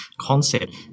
concept